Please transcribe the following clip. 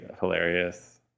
hilarious